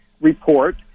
report